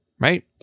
right